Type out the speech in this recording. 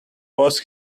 was